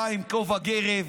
בא עם כובע גרב.